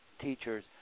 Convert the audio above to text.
teachers